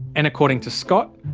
and according to scott,